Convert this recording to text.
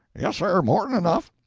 yes, sir more than enough.